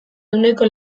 ehuneko